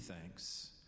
thanks